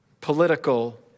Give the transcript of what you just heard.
political